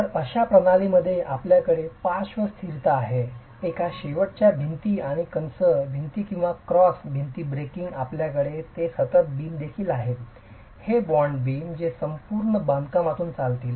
तर अशा प्रणालीमध्ये आपल्याकडे पार्श्व स्थीरता आहे एका शेवटच्या भिंती आणि कंस भिंती किंवा क्रॉस भिंती ब्रेकिंग आपल्याकडे हे सतत बीम देखील आहेत हे बॉन्ड बीम जे संपूर्ण बांधकामातून चालतील